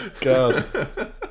god